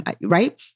Right